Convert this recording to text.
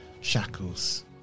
shackles